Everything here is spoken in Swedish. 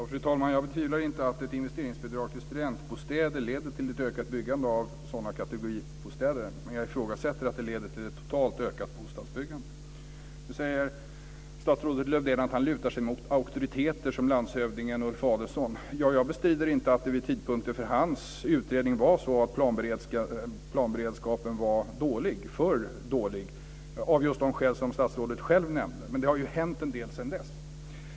Fru talman! Jag betvivlar inte att ett investeringsbidrag för studentbostäder leder till ett ökat byggande av sådana kategoribostäder, men jag ifrågasätter att det leder till ett totalt ökat bostadsbyggande. Nu säger statsrådet Lars-Erik Lövdén att han lutar sig mot auktoriteter som landshövdingen Ulf Adelsohn. Jag bestrider inte att planberedskapen vid tidpunkten för hans utredning var för dålig av just de skäl som statsrådet själv nämnde, men det har ju hänt en del sedan dess.